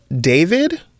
David